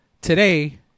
Today